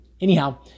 anyhow